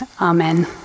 Amen